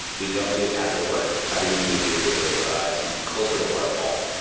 we don't do agile work. everything we do is closer to waterfall.